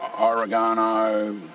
oregano